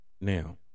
Now